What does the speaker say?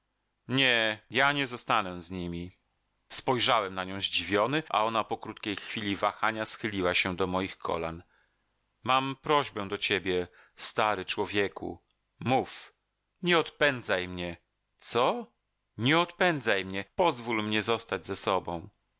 nie ja nie zostanę z nimi spojrzałem na nią zdziwiony a ona po krótkiej chwili wahania schyliła się do moich kolan mam prośbę do ciebie stary człowieku mów nie odpędzaj mnie co nie odpędzaj mnie pozwól mnie zostać ze sobą